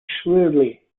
shrewdly